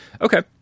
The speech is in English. Okay